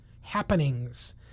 happenings